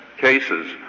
cases